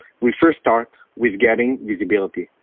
we first start with getting visibility.